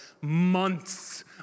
Months